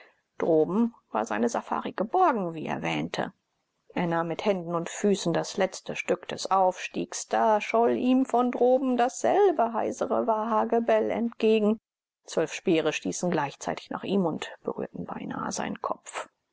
droben war seine safari geborgen wie er wähnte er nahm mit händen und füßen das letzte stück des aufstiegs da scholl ihm von droben dasselbe heisere wahagebell entgegen zwölf speere stießen gleichzeitig nach ihm und berührten beinahe seinen kopf